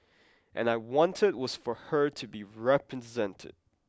and I wanted was for her to be represented